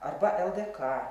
arba ldk